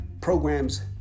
programs